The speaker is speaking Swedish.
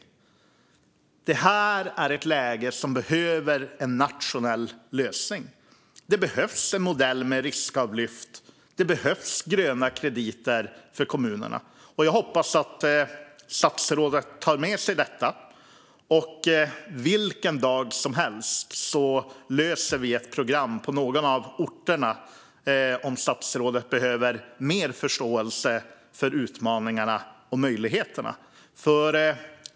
Detta är ett läge som behöver en nationell lösning. Det behövs en modell med riskavlyft. Det behövs gröna krediter för kommunerna. Jag hoppas att statsrådet tar med sig detta. Vilken dag som helst löser vi ett program på någon av orterna, om statsrådet behöver mer förståelse för utmaningarna och möjligheterna.